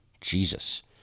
Jesus